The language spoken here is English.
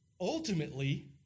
ultimately